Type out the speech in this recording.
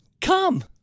come